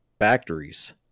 factories